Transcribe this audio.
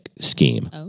scheme